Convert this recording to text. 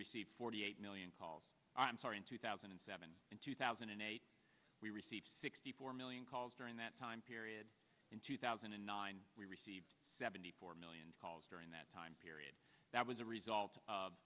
received forty eight million calls i'm sorry in two thousand and seven in two thousand and eight we received sixty four million calls during that time period in two thousand and nine we received seventy four million calls during that time period that was a result of